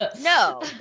no